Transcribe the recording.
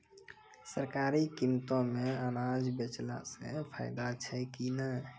सरकारी कीमतों मे अनाज बेचला से फायदा छै कि नैय?